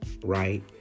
right